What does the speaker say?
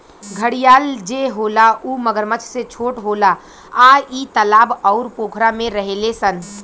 घड़ियाल जे होला उ मगरमच्छ से छोट होला आ इ तालाब अउर पोखरा में रहेले सन